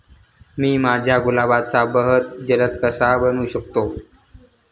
मी माझ्या गुलाबाचा बहर जलद कसा बनवू शकतो?